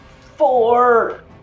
Four